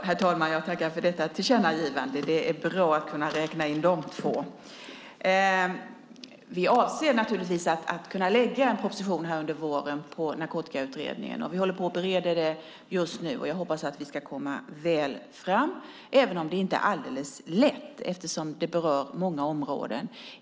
Herr talman! Jag tackar för detta tillkännagivande. Det är bra att kunna räkna in dessa två. Vi avser naturligtvis att kunna lägga fram en proposition här under våren utifrån Narkotikautredningen. Vi håller på att bereda den just nu. Jag hoppas att vi ska komma väl fram, även om det inte är alldeles lätt eftersom den berör många områden.